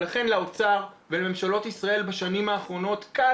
לכן ולאוצר ולממשלות ישראל בשנים האחרונות קל